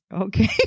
okay